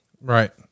Right